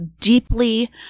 deeply